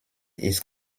ist